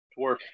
dwarf